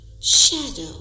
shadow